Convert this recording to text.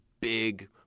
big